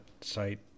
site